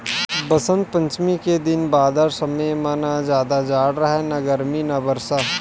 बसंत पंचमी के दिन बादर समे म न जादा जाड़ राहय न गरमी न बरसा